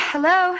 Hello